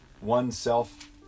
oneself